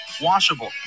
washable